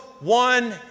one